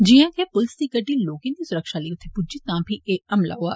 जियां गै पुलस दी गड्डी लोकें दी सुरक्षा लेई उत्थे पुज्जी तां फीह् एह् हमला होआ